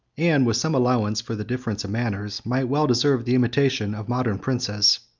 and, with some allowance for the difference of manners, might well deserve the imitation of modern princes.